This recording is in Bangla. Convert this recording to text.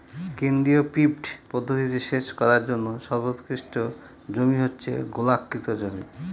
কেন্দ্রীয় পিভট পদ্ধতিতে সেচ করার জন্য সর্বোৎকৃষ্ট জমি হচ্ছে গোলাকৃতি জমি